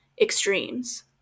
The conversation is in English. extremes